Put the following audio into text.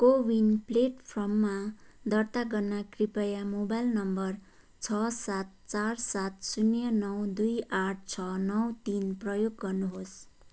कोविन प्लेटफार्ममा दर्ता गर्न कृपया मोबाइल नम्बर छ सात चार सात शून्य नौ दुई आठ छ नौ तिन प्रयोग गर्नुहोस्